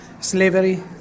slavery